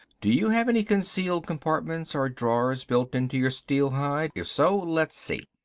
do you have any concealed compartments or drawers built into your steel hide? if so, let's see.